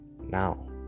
now